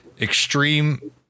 extreme